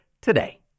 today